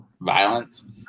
violence